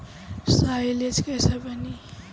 Silage कईसे बनी?